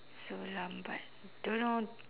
so lambat don't know